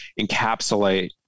encapsulate